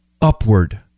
upward